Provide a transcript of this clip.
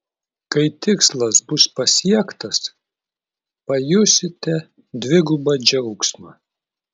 kai tikslas bus pasiektas pajusite dvigubą džiaugsmą